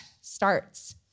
starts